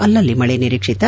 ಅಲ್ಲಲ್ಲಿ ಮಳೆ ನಿರೀಕ್ಷಿತ